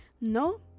no